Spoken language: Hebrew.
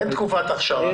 אין תקופת אכשרה.